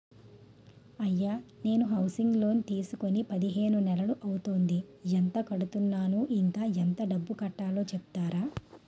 అయ్యా నేను housing loan తీసుకొని పదిహేను నెలలు అవుతోందిఎంత కడుతున్నాను, ఇంకా ఎంత డబ్బు కట్టలో చెప్తారా?